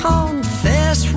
Confess